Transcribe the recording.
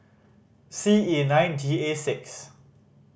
C E nine G A six